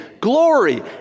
glory